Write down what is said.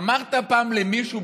אמרת פעם למישהו,